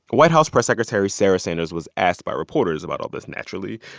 white house press secretary sarah sanders was asked by reporters about all this, naturally.